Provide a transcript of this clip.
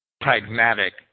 Pragmatic